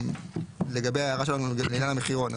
לגבי ההערה שלנו בעניין המחירון,